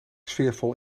sfeervol